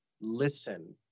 listen